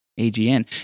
AGN